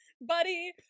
buddy